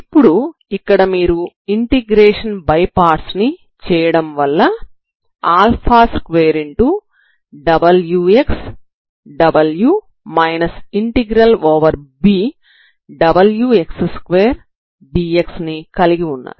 ఇప్పుడు ఇక్కడ మీరు ఇంటిగ్రేషన్ బై పార్ట్స్ ని చేయడం వల్ల 2wxw|B wx2dx⏟Bని కలిగి ఉంటారు